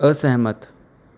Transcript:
ਅਸਹਿਮਤ